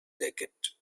jacket